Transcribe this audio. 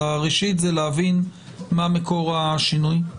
על הראשית זה להבין מה מקור השינוי,